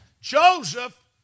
Joseph